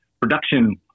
production